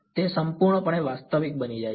તે સંપૂર્ણપણે વાસ્તવિક બની જાય છે